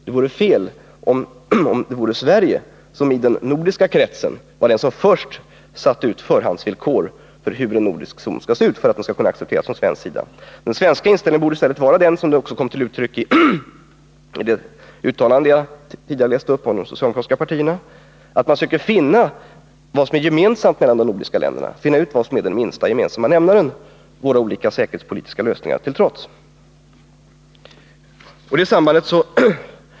Det vore alltså fel om i den nordiska kretsen Sverige först satte upp förhandsvillkor för hur en kärnvapenfri nordisk zon skall se ut för att kunna accepteras av Sverige. Den svenska inställningen bör i stället vara den som jag gav uttryck för i det upplästa uttalandet från de socialdemokratiska partierna, dvs. att man söker finna vad som är gemensamt för de nordiska länderna, vad som är den minsta gemensamma nämnaren, våra olika säkerhetspolitiska lösningar till trots.